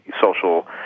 social